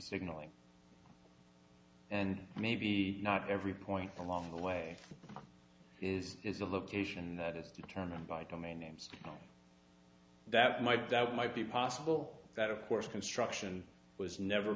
signalling and maybe not every point along the way is the location that is determined by domain names that might that might be possible that of course construction was never